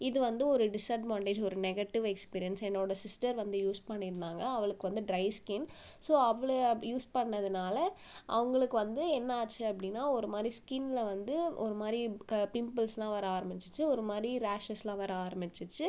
இது வந்து ஒரு டிஸ்அட்வான்டேஜ் ஒரு நெகட்டிவ் எக்ஸ்பீரியன்ஸ் என்னோட சிஸ்டர் வந்து யூஸ் பண்ணிருந்தாங்கள் அவளுக்கு வந்து ட்ரை ஸ்கின் ஸோ அவள் அப்படி யூஸ் பண்ணதனால் அவங்களுக்கு வந்து என்ன ஆச்சு அப்படின்னா ஒரு ஸ்கின்ல வந்து ஒரு மாரி க பிம்பிள்ஸ்லாம் வர ஆரமிச்சிச்சி ஒரு மாதிரி ரேஷஸ்லாம் வர ஆரமிடுச்சிச்சி